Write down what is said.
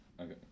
Okay